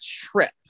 trip